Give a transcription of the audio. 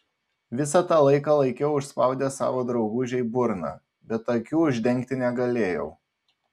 visą tą laiką laikiau užspaudęs savo draugužei burną bet akių uždengti negalėjau